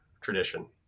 tradition